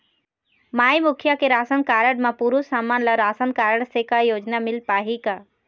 माई मुखिया के ration card म पुरुष हमन ला रासनकारड से का योजना मिल पाही का?